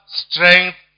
strength